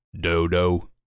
dodo